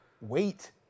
Wait